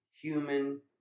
human